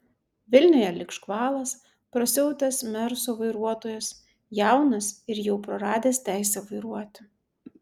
vilniuje lyg škvalas prasiautęs merso vairuotojas jaunas ir jau praradęs teisę vairuoti